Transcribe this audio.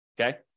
okay